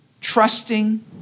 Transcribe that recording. trusting